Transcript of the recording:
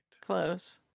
Close